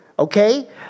Okay